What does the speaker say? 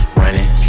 running